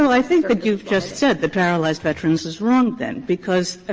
i think that you've just said that paralyzed veterans is wrong then, because, i